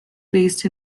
based